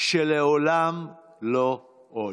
שלעולם לא עוד.